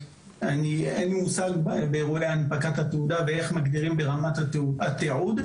אין לי מושג לגבי הנפקת התעודה ואיך מגדירים ברמת התיעוד,